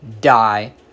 die